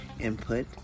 input